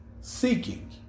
seeking